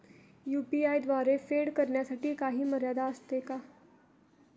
UPI द्वारे फेड करण्यासाठी काही मर्यादा असते का?